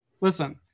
Listen